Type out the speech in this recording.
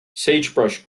sagebrush